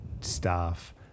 staff